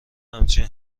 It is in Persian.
همچین